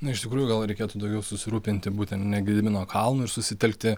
na iš tikrųjų gal reikėtų daugiau susirūpinti būtent ne gedimino kalnu ir susitelkti